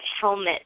helmet